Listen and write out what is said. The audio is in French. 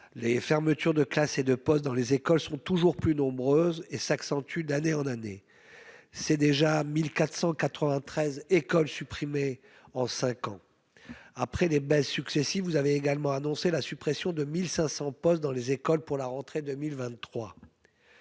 les fermetures de classes et de postes sont toujours plus nombreuses, s'accentuant d'année en année : déjà 1 493 écoles ont été supprimées en cinq ans. Après ces baisses successives, vous avez également annoncé la suppression de 1 500 postes dans les écoles pour la rentrée de 2023.